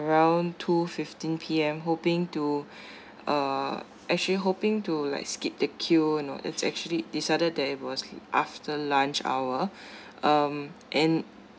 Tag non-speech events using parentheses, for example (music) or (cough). around two fifteen P_M hoping to (breath) uh actually hoping to like skip the queue and all it's actually decided that it was after lunch hour (breath) um and